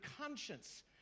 conscience